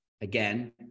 again